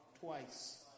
twice